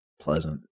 pleasant